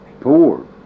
poor